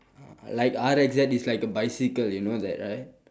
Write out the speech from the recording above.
uh like RX-Z is like a bicycle you know that right